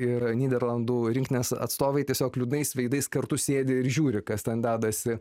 ir nyderlandų rinktinės atstovai tiesiog liūdnais veidais kartu sėdi ir žiūri kas ten dedasi